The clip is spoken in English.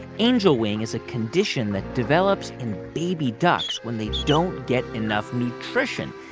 angel wing is a condition that develops in baby ducks when they don't get enough nutrition.